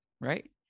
right